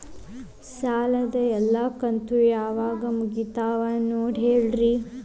ಸಾಲದ ಎಲ್ಲಾ ಕಂತು ಯಾವಾಗ ಮುಗಿತಾವ ನೋಡಿ ಹೇಳ್ರಿ